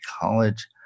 College